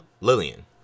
Lillian